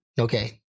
Okay